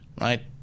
right